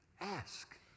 Ask